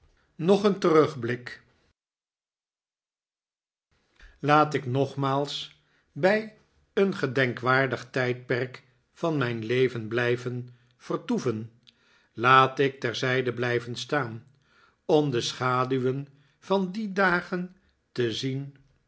nog een terugblik laat ik nogmaals bij een gedenkwaardig tijdperk van mijn leven blijven vertoeven laat ik terzijde blijven staan om de schaduwen van die dagen te zien